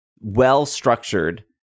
well-structured